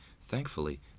Thankfully